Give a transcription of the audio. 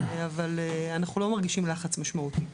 אבל אנחנו לא מרגישים לחץ משמעותי,